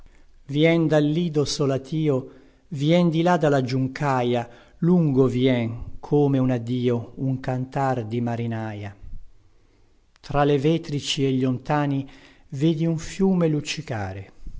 vien dal lido solatìo vien di là dalla giuncaia lungo vien come un addio un cantar di marinaia tra le vetrici e gli ontani vedi un fiume luccicare